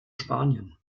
spanien